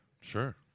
Sure